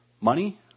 Money